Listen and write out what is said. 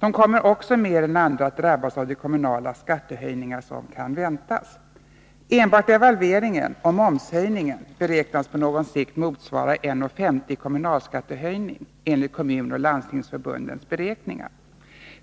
De kommer också mer än andra att drabbas av de kommunala skattehöjningar som kan väntas. Enbart devalveringen och momshöjningen beräknas på någon sikt motsvara 1:50 i kommunal skattehöjning, enligt kommunoch landstingsförbundens beräkningar.